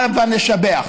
הבה נשבח.